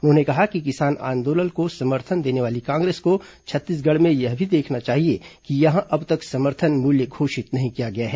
उन्होंने कहा कि किसान आंदोलन को समर्थन देने वाली कांग्रेस को छत्तीसगढ़ में भी यह देखना चाहिए कि यहां अब तक समर्थन मूल्य घोषित नहीं किया गया है